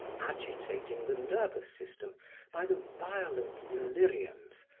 agitating the nervous system by the violent deliriums,